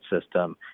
system